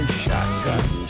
shotgun